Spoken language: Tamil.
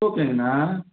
ஓகேங்கண்ணா